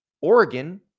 Oregon